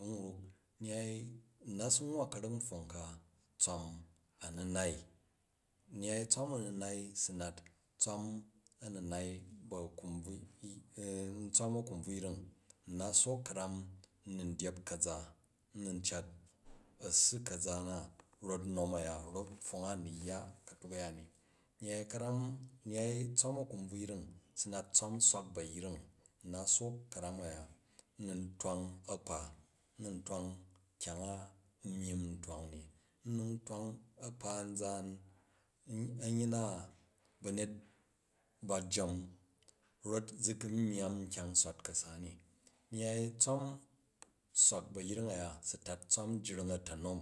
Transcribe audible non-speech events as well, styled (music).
N na si nwa ka̱re pfong ka tswom aminai, nyyai towan aninai si nata tswan aninai bu a̱ku̱mbruyring, (hesitation) n na sook ka̱rau n ni dyep ka̱za, n ni cat a̱ssi ka̱za na rot nom uya, rot pfong a n ni yya ka̱tuk uya ni. Nyyai karam, nyyai tswan a̱kubvuyring si nat tswom swak bu a̱yring n na sook ka̱ram u̱ya, n ni twang a̱kpa, nini twang kyang a myimm n twang ni, n twang a̱kpa zaan, a̱nyyi banyet ba jm rot zi gu̱ u myyam nkyang snat ka̱sa. Nyyai tswan swak bu a̱yring u̱ya, si tat tswam jring a̱ta̱nom,